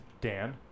Dan